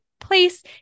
place